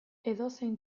edozein